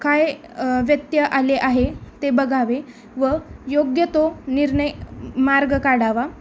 काय व्यत्यय आले आहे ते बघावे व योग्य तो निर्णय मार्ग काढावा